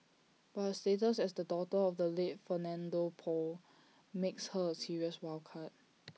but her status as the daughter of the late Fernando Poe makes her A serious wild card